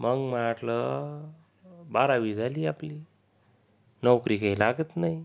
मग माह्या वाटलं बारावी झाली आपली नोकरी काही लागत नाही